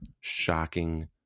shocking